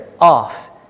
off